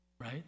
right